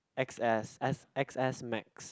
X_S S X_S max